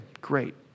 great